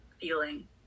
feeling